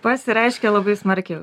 pasireiškia labai smarkiai